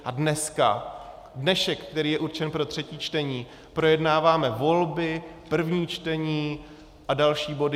A dneska, dnešek, který je určen pro třetí čtení, projednáváme volby, první čtení a další body.